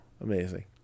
amazing